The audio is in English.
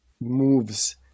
moves